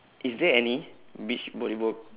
is there any beach volleyball